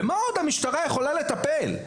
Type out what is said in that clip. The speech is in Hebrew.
במה עוד המשטרה יכולה לטפל?